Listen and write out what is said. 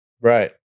Right